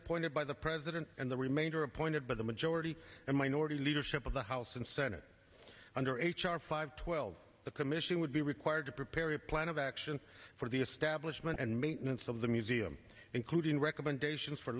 appointed by the president and the remainder appointed by the majority and minority leadership of the house and senate under h r five twelve the commission would be required to prepare a plan of action for the establishment and maintenance of the museum including recommendations for